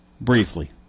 briefly